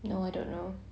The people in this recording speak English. no I don't know